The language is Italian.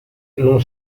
non